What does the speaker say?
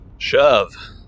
Shove